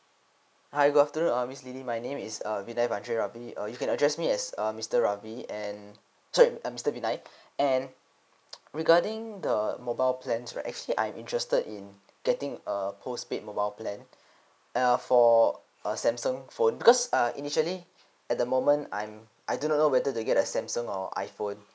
hi good afternoon uh miss lily my name is uh vinine vandary ravi uh you can address me as uh mister ravi and sorry uh mister vinine and regarding the mobile plans right actually I'm interested in getting a postpaid mobile plan err for a samsung phone because uh initially at the moment I'm I do not know whether you get a samsung or iphone